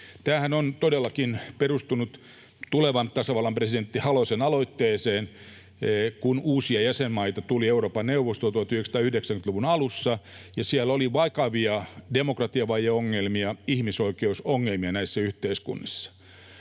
Tämähän on todellakin perustunut tulevan tasavallan presidentti Halosen aloitteeseen, kun uusia jäsenmaita tuli Euroopan neuvostoon 1990-luvun alussa ja näissä yhteiskunnissa oli vakavia demokratiavajeongelmia, ihmisoikeusongelmia. Haluttiin,